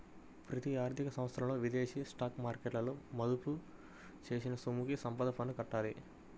ప్రతి ఆర్థిక సంవత్సరంలో విదేశీ స్టాక్ మార్కెట్లలో మదుపు చేసిన సొమ్ముకి సంపద పన్ను కట్టాలి